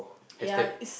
ya is